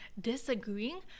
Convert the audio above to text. disagreeing